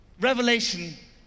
Revelation